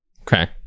Okay